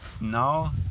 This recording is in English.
now